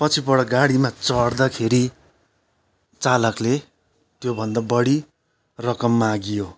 पछिबाट गाडीमा चढ्दाखेरि चालकले त्योभन्दा बढी रकम माग्यो